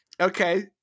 Okay